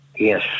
Yes